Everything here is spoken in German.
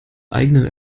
eigenen